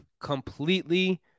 completely